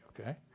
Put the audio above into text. okay